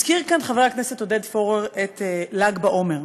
הזכיר כאן חבר הכנסת עודד פורר את ל"ג בעומר.